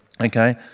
okay